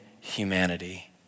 humanity